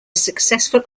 successful